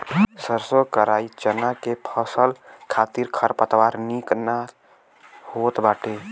सरसों कराई चना के फसल खातिर खरपतवार निक ना होत बाटे